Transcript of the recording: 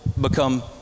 become